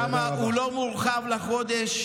שם הוא לא מורחב לחודש,